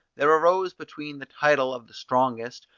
there arose between the title of the strongest,